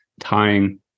tying